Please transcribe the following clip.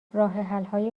راهحلهای